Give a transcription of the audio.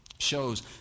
shows